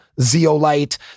zeolite